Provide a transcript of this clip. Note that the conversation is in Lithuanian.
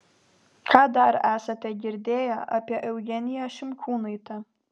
ką dar esate girdėję apie eugeniją šimkūnaitę